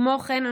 כמו כן,